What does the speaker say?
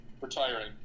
retiring